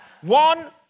One